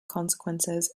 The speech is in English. consequences